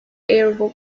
arable